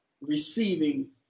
receiving